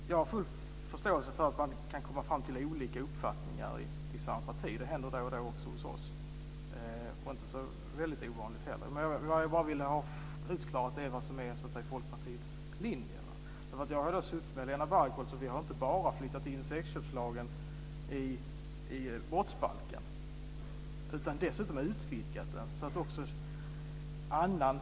Fru talman! Jag har full förståelse för att man kan komma fram till olika uppfattningar i samma parti. Det händer då och då också hos oss, och det är heller inte så väldigt ovanligt. Vad jag ville ha klargjort är vad som är Folkpartiets linje. Jag har suttit och talat med Helena Bargholtz. Vi har inte bara flyttat in sexköpslagen i brottsbalken utan dessutom utvidgat den.